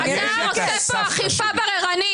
3 בעד, 9 נגד, 3 נמנעים.